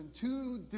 two